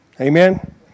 Amen